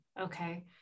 Okay